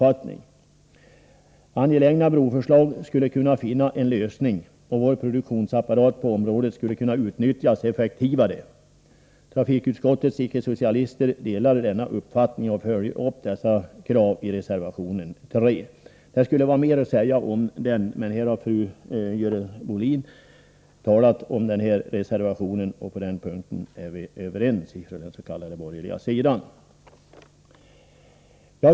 Angelägna broförslag skulle kunna finna en lösning, och vår produktionsapparat på området skulle kunna utnyttjas effektivare. Trafikutskottets icke-socialister delar denna uppfattning och följer upp dessa krav i reservation 3. Det skulle vara mer att säga om den, men Görel Bohlin har talat om denna reservation, och på den här punkten är vi från borgerligt håll överens.